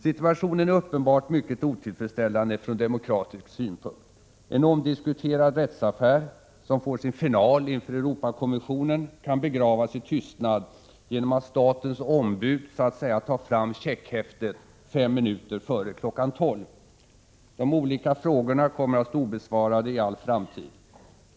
Situationen är uppenbart mycket otillfredsställande från demokratisk synpunkt. En omdiskuterad rättsaffär som får sin final inför Europakommissionen kan begravas i tystnad genom att statens ombud så att säga tar fram checkhäftet 5 minuter före kl. 12.00. De olika frågorna kommer att stå obesvarade i all framtid.